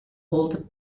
old